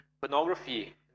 pornography